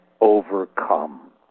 overcome